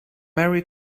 merry